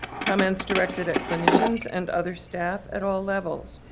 comments directed at clinicians and other staff at all levels,